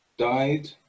died